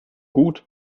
gut